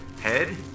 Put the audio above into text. head